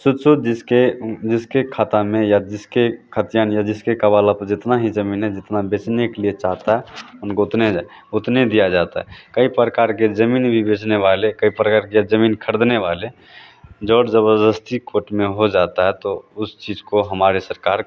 शुद्ध शुद्ध जिसके जिसके खाता में या जिसके खाद्यान या जिसके कवाला पर जितना ही ज़मीन है जितना बेचने के लिए चाहता हम को उतने उतने दिया जाता है कई प्रकार के ज़मीन भी बेचने वाले हैं कई प्रकार के ज़मीन ख़रीदने वाले ज़ोर ज़बरदस्ती कोर्ट में हो जाती है तो उस चीज़ को हमारी सरकार